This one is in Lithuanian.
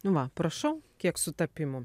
nu va prašau kiek sutapimų